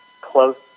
close